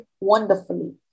wonderfully